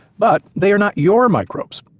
but they are not your microbes.